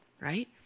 right